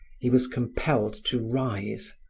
he was compelled to rise.